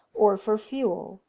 or for fuel